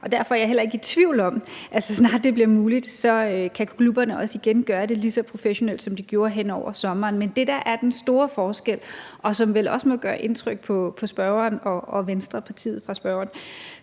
og derfor er jeg heller ikke i tvivl om, at så snart det bliver muligt, kan klubberne igen gøre det lige så professionelt, som de gjorde hen over sommeren. Men det, som vel også må gøre indtryk på spørgeren og Venstre, spørgerens